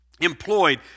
employed